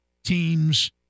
teams